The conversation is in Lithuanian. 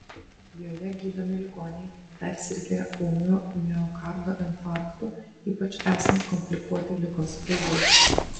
joje gydomi ligoniai persirgę ūmiu miokardo infarktu ypač esant komplikuotai ligos eigai